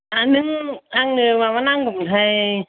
आंनो आंनो माबा नांगौमोनहाय